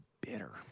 bitter